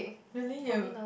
really you